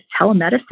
telemedicine